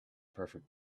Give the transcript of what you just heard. perfect